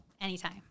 anytime